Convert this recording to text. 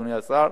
אדוני השר,